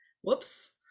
whoops